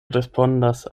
respondas